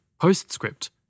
PostScript